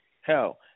Hell